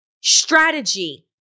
strategy